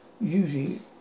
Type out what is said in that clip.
usually